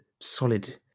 solid